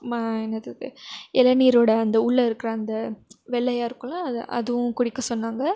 மா என்னது அது பேர் இளநீரோட அந்த உள்ளே இருக்கிற அந்த வெள்ளையாக இருக்குமில்ல அது அதுவும் குடிக்கச் சொன்னாங்க